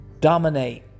dominate